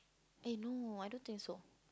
eh no I don't think so